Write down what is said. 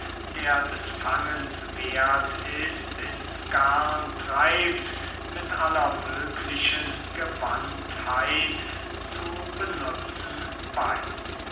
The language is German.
der des fangens werth ist ins garn treibt mit aller möglichen gewandtheit zu benutzen weiß